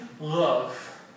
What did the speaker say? love